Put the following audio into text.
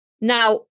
Now